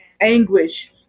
anguish